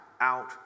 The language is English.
out